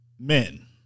men